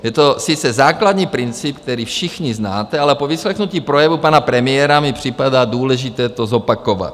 Je to sice základní princip, který všichni znáte, ale po vyslechnutí projevu pana premiéra mi připadá důležité to zopakovat.